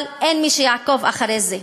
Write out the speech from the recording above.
אבל אין מי שיעקוב אחרי זה.